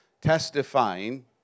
testifying